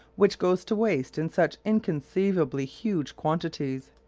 which goes to waste in such inconceivably huge quantities.